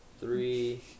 Three